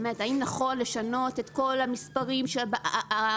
האם נכון לשנות את כל המספרים הרצים.